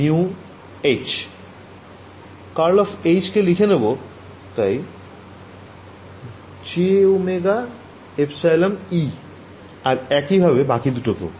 ∇× H কে লিখে নেবো jωεE আর একইভাবে বাকিদুটোকেও